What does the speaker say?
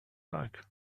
like